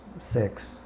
six